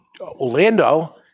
Orlando